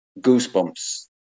goosebumps